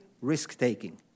risk-taking